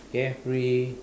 carefree